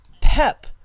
Pep